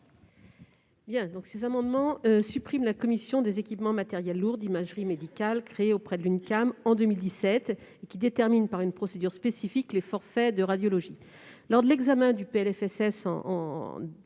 identiques visent à supprimer la commission des équipements matériels lourds d'imagerie médicale créée auprès de l'Uncam en 2017, commission qui détermine par une procédure spécifique les forfaits de radiologie. Lors de l'examen du PLFSS pour 2017,